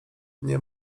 nie